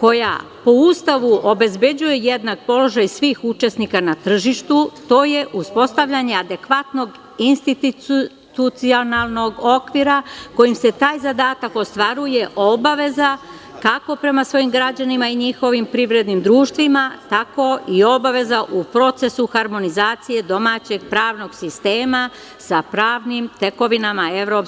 koja po Ustavu obezbeđuje jednak položaj svih učesnika na tržištu, to je uspostavljanje adekvatnog institucionalnog okvira kojim se taj zadatak ostvaruje, obaveza kako prema svojim građanima i njihovim privrednim društvima, tako i obaveza u procesu harmonizacije domaćeg pravnog sistema sa pravnim tekovinama EU.